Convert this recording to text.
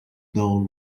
dull